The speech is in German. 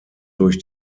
durch